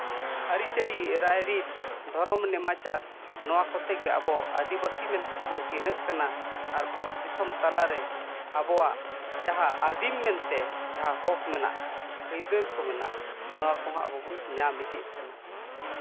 ᱟᱹᱨᱤ ᱪᱟᱹᱞᱤ ᱨᱟᱭ ᱨᱤᱛ ᱫᱷᱚᱨᱚᱢ ᱱᱮᱢᱟᱪᱟᱨ ᱱᱚᱣᱟ ᱠᱚᱛᱮ ᱜᱮ ᱟᱵᱚ ᱟᱹᱫᱤᱵᱟᱹᱥᱤ ᱢᱮᱱᱛᱮ ᱵᱚᱱ ᱪᱤᱱᱦᱟᱹᱜ ᱠᱟᱱᱟ ᱟᱨ ᱵᱷᱟᱨᱚᱛ ᱫᱤᱥᱚᱢ ᱛᱟᱞᱟᱨᱮ ᱟᱵᱚᱣᱟᱜ ᱡᱟᱦᱟᱸ ᱟᱹᱫᱤᱢ ᱢᱮᱱᱛᱮ ᱡᱟᱦᱟᱸ ᱦᱚᱸᱠ ᱢᱮᱱᱟᱜ ᱟᱹᱭᱫᱟᱹᱨ ᱢᱮᱱᱟᱜ ᱱᱚᱣᱟ ᱠᱚᱦᱚᱸ ᱟᱵᱚ ᱵᱚᱱ ᱧᱟᱢ ᱤᱫᱤᱜ ᱠᱟᱱᱟ